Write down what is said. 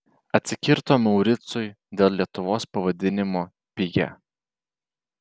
atsikirto mauricui dėl lietuvos pavadinimo pigia